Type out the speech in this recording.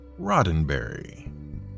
Roddenberry